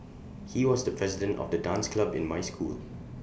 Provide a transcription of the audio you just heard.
he was the president of the dance club in my school